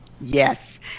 Yes